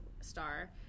star